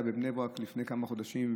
זה היה בבני ברק לפני כמה חודשים,